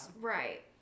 Right